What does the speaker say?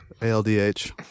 ALDH